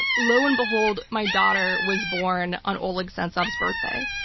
lo and behold, my daughter was born on oleg sentsov's birthday.